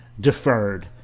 deferred